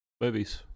Movies